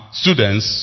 students